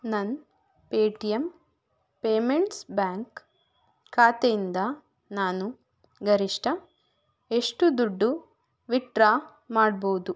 ನನ್ನ Paytm payments bank ಖಾತೆಯಿಂದ ನಾನು ಗರಿಷ್ಠ ಎಷ್ಟು ದುಡ್ಡು ವಿಡ್ಡ್ರಾ ಮಾಡ್ಬೋದು